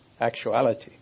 actuality